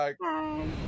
Bye